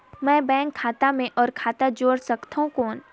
मैं बैंक खाता मे और खाता जोड़ सकथव कौन?